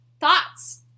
thoughts